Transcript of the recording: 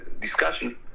discussion